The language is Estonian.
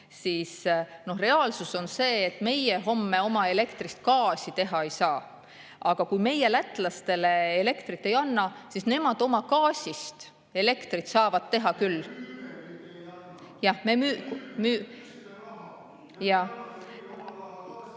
siis reaalsus on see, et meie homme oma elektrist gaasi teha ei saa, aga kui meie lätlastele elektrit ei anna, siis nemad oma gaasist elektrit teha saavad küll. (Mart